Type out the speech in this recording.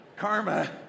Karma